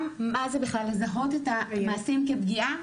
גם מה זה בכלל לזהות את המעשים כפגיעה,